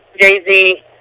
Jay-Z